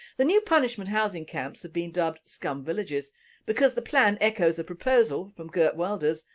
the new punishment housing camps have been dubbed scum villages because the plan echoes a proposal from geert wilders,